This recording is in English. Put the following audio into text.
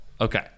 Okay